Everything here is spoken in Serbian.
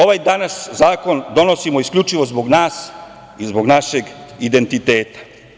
Ovaj danas zakon donosimo isključivo zbog nas i zbog našeg identiteta.